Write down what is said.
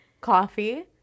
coffee